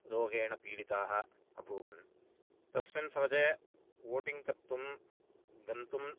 रोगेण पीडिताः अभूवन् तस्मिन् समये वोटिङ्ग् कर्तुं गन्तुं